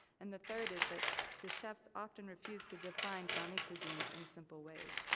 and the third is that the chefs often refuse to define sami cuisines in simple ways.